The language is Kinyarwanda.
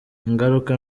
ingaruka